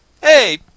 Hey